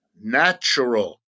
natural